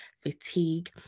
fatigue